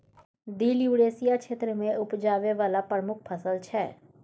दिल युरेसिया क्षेत्र मे उपजाबै बला प्रमुख फसल छै